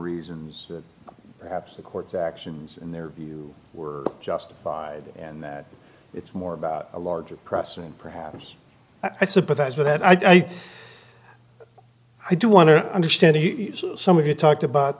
reasons that perhaps the courts actions in their view were justified and that it's more about a larger process and perhaps i sympathize with that i think i do want to understand some of you talked about